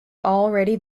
already